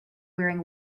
wearing